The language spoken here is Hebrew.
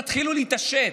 תתחילו להתעשת,